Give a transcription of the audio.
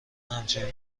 همچنین